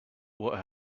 what